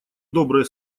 добрые